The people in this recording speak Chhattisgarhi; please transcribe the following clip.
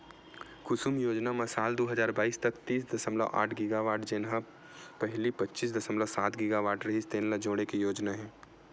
कुसुम योजना म साल दू हजार बाइस तक तीस दसमलव आठ गीगावाट जेन ल पहिली पच्चीस दसमलव सात गीगावाट रिहिस तेन ल जोड़े के योजना हे